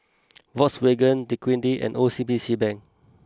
Volkswagen Dequadin and O C B C Bank